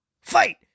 fight